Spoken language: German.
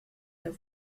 der